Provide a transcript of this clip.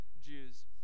Jews